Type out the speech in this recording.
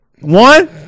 One